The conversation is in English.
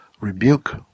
rebuke